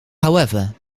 however